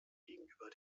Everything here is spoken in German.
gegenüber